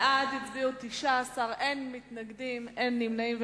בעד הצביעו 19, אין מתנגדים ואין נמנעים.